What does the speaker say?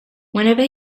whenever